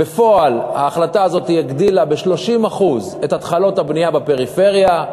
בפועל ההחלטה הזאת הגדילה ב-30% את התחלות הבנייה בפריפריה.